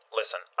listen